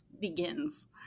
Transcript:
begins